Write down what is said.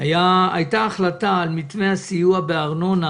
על החלטה שהתקבלה כאן בנוגע למתווה הסיוע בארנונה